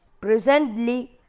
Presently